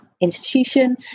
institution